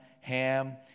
Ham